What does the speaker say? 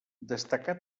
destacà